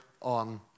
on